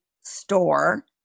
store